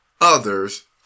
others